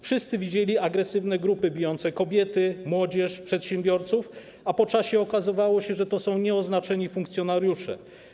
Wszyscy widzieli agresywne grupy bijące kobiety, młodzież, przedsiębiorców, a po czasie okazywało się, że to są nieoznaczeni funkcjonariusze.